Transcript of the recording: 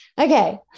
Okay